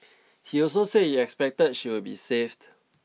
he also said he expected she would be saved